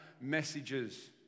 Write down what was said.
messages